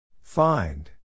find